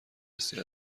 حسی